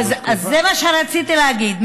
זה מה שרציתי להגיד.